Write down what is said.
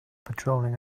patrolling